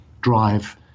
drive